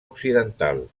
occidental